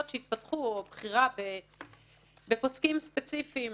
שהתפתחו או בחירה בפוסקים ספציפיים